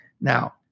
Now